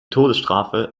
todesstrafe